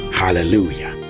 hallelujah